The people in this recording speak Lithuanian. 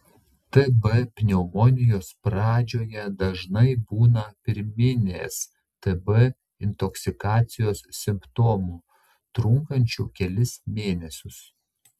tb pneumonijos pradžioje dažnai būna pirminės tb intoksikacijos simptomų trunkančių kelis mėnesius